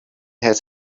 has